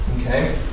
Okay